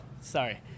Sorry